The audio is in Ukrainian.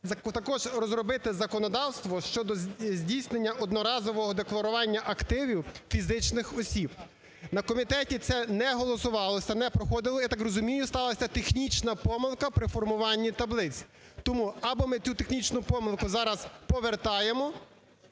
також розробити законодавство щодо здійснення одноразового декларування активів фізичних осіб. На комітеті це не голосувалося, не проходило. Я так розумію, сталася технічна помилка при формуванні таблиць. Тому, або ми цю технічну помилку зараз повертаємо,